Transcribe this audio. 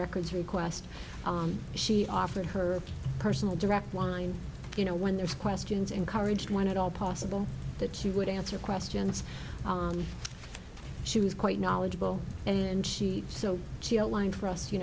records request she offered her personal direct line you know when there's questions encouraged when at all possible that she would answer questions she was quite knowledgeable and she so she outlined for us you